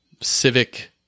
civic